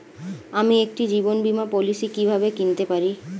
আমি একটি জীবন বীমা পলিসি কিভাবে কিনতে পারি?